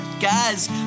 guys